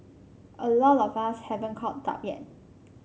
a lot of us haven't caught up yet